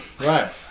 Right